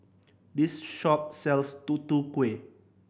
this shop sells Tutu Kueh